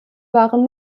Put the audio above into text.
waren